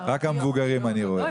רק המבוגרים אני רואה.